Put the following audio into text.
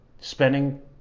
spending